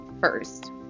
first